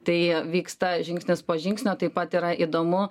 tai vyksta žingsnis po žingsnio taip pat yra įdomu